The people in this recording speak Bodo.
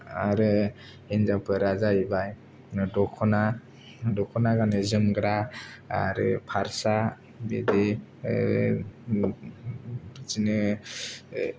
आरो हिनजावफोरा जाहैबाय दखना दखना गानो जोमग्रा आरो फार्सा बिदि बिदिनो